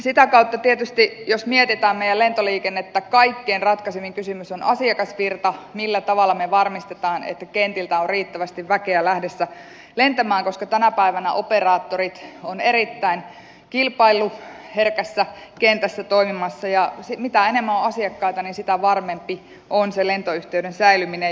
sitä kautta tietysti jos mietitään meidän lentoliikennettä kaikkein ratkaisevin kysymys on asiakasvirta millä tavalla me varmistamme että kentiltä on riittävästi väkeä lähdössä lentämään koska tänä päivänä operaattorit ovat erittäin kilpailuherkässä kentässä toimimassa ja mitä enemmän on asiakkaita niin sitä varmempi on se lentoyhteyden säilyminen